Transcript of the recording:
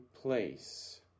place